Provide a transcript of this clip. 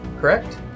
Correct